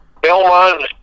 Belmont